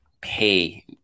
pay